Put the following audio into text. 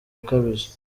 ukabije